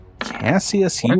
Cassius